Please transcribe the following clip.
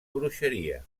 bruixeria